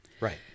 Right